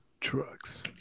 trucks